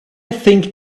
think